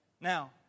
Now